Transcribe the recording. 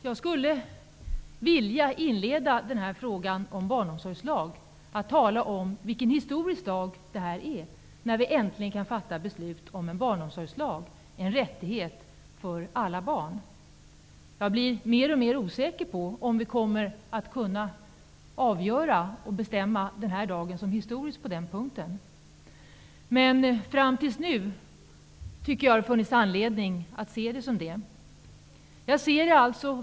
Jag skulle vilja inleda med att tala om vilken historisk dag det är när vi nu äntligen kan fatta beslut om en barnomsorgslag -- en rättighet för alla barn. Jag blir mer och mer osäker på om vi kommer att kunna avgöra frågan i dag och på så sätt göra denna dag historisk, men fram till nu har det funnits anledning att se det som en historisk dag.